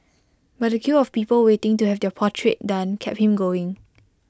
but the queue of people waiting to have their portrait done kept him going